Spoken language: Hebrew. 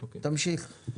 תמשיך.